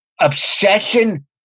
obsession